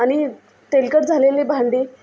आणि तेलकट झालेली भांडी